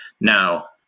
Now